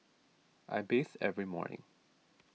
I bathe every morning